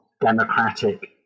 democratic